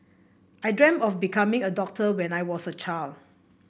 I dreamt of becoming a doctor when I was a child